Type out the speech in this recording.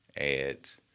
ads